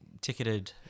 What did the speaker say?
ticketed